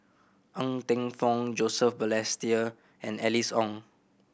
Ng Teng Fong Joseph Balestier and Alice Ong